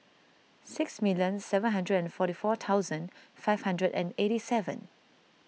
six million seven hundred and forty four thousand five hundred and eighty seven